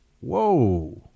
whoa